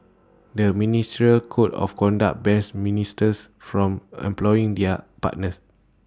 the ministerial code of conduct bans ministers from employing their partners